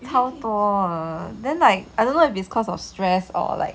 超多的 then like I don't know if it's because of stress or like